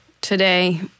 Today